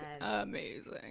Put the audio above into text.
amazing